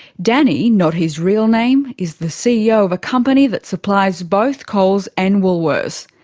danny, not his real name, is the ceo of a company that supplies both coles and woolworths.